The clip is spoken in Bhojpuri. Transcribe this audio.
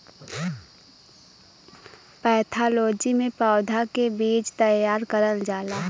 पैथालोजी में पौधा के बीज तैयार करल जाला